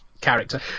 character